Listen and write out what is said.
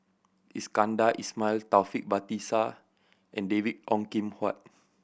Iskandar Ismail Taufik Batisah and David Ong Kim Huat